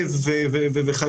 אז?